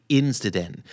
incident